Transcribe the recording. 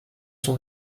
son